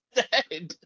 dead